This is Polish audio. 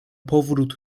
powrót